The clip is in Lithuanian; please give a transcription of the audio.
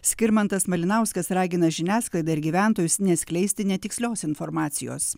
skirmantas malinauskas ragina žiniasklaidą ir gyventojus neskleisti netikslios informacijos